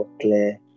clear